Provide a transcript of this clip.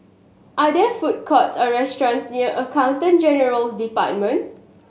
are there food courts or restaurants near Accountant General's Department